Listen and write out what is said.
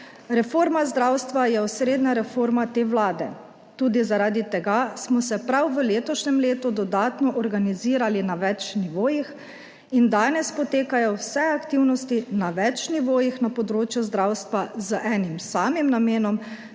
"Reforma zdravstva je osrednja reforma te Vlade. Tudi zaradi tega smo se prav v letošnjem letu dodatno organizirali na več nivojih in danes potekajo vse aktivnosti na več nivojih na področju zdravstva z enim samim namenom,